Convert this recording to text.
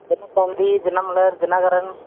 Dinathanthi Dinamalar Dinakaran